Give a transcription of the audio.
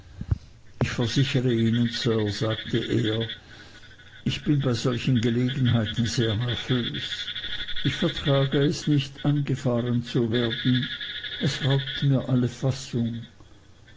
ich versichere ihnen sir sagte er ich bin bei solchen gelegenheiten sehr nervös ich vertrage es nicht angefahren zu werden es raubt mir alle fassung